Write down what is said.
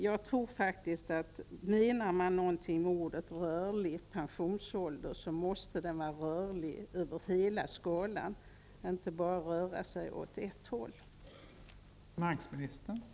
Jag tror faktiskt att pensionsåldern måste vara rörlig över hela skalan och inte bara röra sig åt ett håll om man menar någonting med att tala om en rörlig pensionsålder.